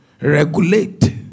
regulate